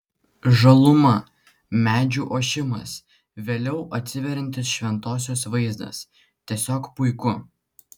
žaluma medžių ošimas vėliau atsiveriantis šventosios vaizdas tiesiog puiku